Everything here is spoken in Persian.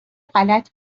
غلط